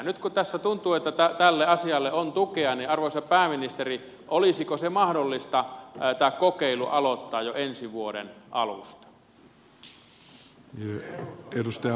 nyt kun tässä tuntuu että tälle asialle on tukea niin arvoisa pääministeri olisiko mahdollista tämä kokeilu aloittaa jo ensi vuoden alusta